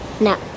No